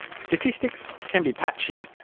statistics can be patchy,